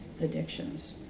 addictions